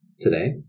today